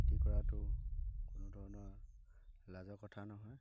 খেতি কৰাটো কোনো ধৰণৰ লাজৰ কথা নহয়